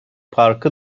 parkı